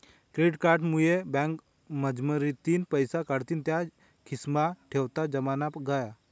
credit card मुये बँकमझारतीन पैसा काढीन त्या खिसामा ठेवताना जमाना गया